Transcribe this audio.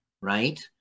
right